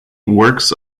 works